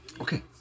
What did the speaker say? Okay